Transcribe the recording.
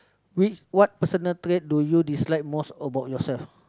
which what personal trait do you dislike most about yourself